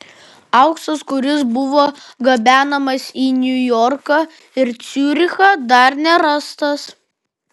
auksas kuris buvo gabenamas į niujorką ir ciurichą dar nerastas